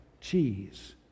Cheese